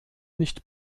nicht